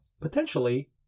potentially